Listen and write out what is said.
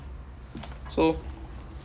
so